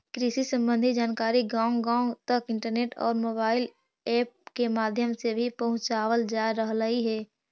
कृषि संबंधी जानकारी गांव गांव तक इंटरनेट और मोबाइल ऐप के माध्यम से भी पहुंचावल जा रहलई हे